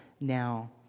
now